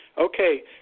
Okay